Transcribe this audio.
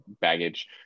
baggage